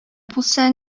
булса